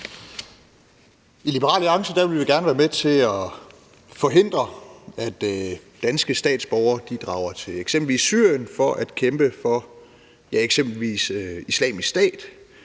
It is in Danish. I Liberal Alliance vil vi gerne være med til at forhindre, at danske statsborgere drager til eksempelvis Syrien for at kæmpe for Islamisk Stat,